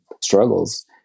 struggles